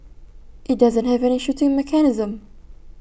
IT doesn't have any shooting mechanism